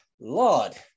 lord